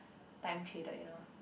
time traded you know